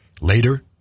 later